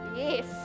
Yes